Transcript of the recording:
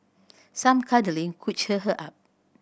some cuddling could cheer her up